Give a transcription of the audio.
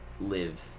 live